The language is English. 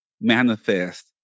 manifest